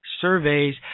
Surveys